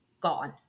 gone